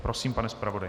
Prosím, pane zpravodaji.